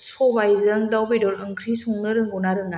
सबाइजों दाउ बेदर ओंख्रि संनो रोंगौना रोङा